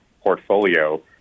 portfolio